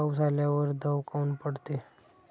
पाऊस आल्यावर दव काऊन पडते?